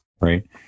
right